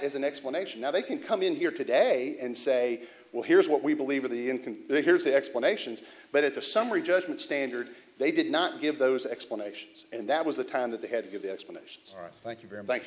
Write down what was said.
as an explanation now they can come in here today and say well here's what we believe in the in can here's the explanations but it's a summary judgment standard they did not give those explanations and that was the time that they had to give the explanations thank you very